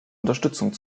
unterstützung